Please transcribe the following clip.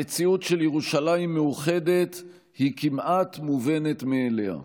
המציאות של ירושלים מאוחדת היא כמעט מובנת מאליה,